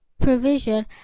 provision